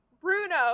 Bruno